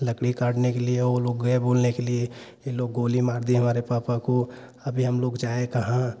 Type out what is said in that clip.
लकड़ी काटने के लिए ओ लोग गए बोलने के लिए ए लोग गोली मार दिए हमारे पापा को अभी हम लोग जाए कहाँ